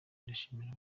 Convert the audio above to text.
ndashimira